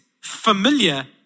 familiar